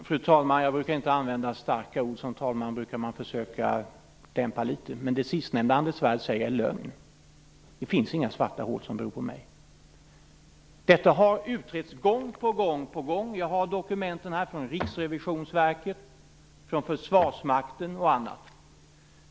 Fru talman! Jag brukar inte använda starka ord - som talman brukar man försöka dämpa sig litet - men det sista som Anders Svärd sade är lögn. Det finns inga svarta hål som beror på mig. Detta har utretts gång på gång. Jag har dokumenten här från Riksrevisionsverket, från Försvarsmakten osv.